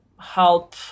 help